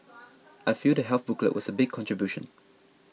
I feel the health booklet was a big contribution